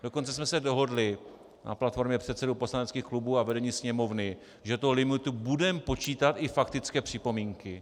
Dokonce jsme se dohodli na platformě předsedů poslaneckých klubů a vedení Sněmovny, že do limitu budeme počítat i faktické připomínky.